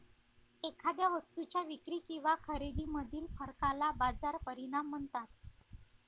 एखाद्या वस्तूच्या विक्री किंवा खरेदीमधील फरकाला बाजार परिणाम म्हणतात